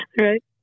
Right